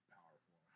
powerful